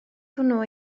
hwnnw